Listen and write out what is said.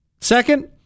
Second